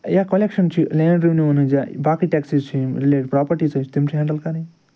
یا کوٚلٮ۪کشن چھِ land revenue ہٕنٛز یا باقٕے ٹیکسیٖز چھِ یِم رِلیٹ پرٛاپرٹی سۭتۍ چھِ تِم چھِ ہینٛڈٕل کَرٕنۍ